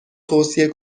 توصیه